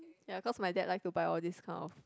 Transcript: ya cause my dad like to buy all these kind of